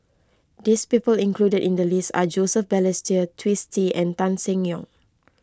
this people included in the list are Joseph Balestier Twisstii and Tan Seng Yong